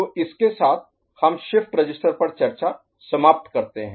तो इसके साथ हम शिफ्ट रजिस्टर पर चर्चा समाप्त करते हैं